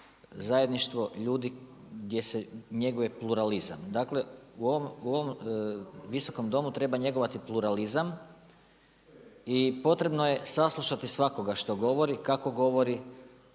zajedništvo ljudi gdje se njeguje pluralizam. Dakle, u ovom Visokom domu treba njegovati pluralizam i potrebno je saslušati svakoga što govori, kako govori,